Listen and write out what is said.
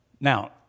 Now